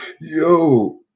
Yo